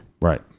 Right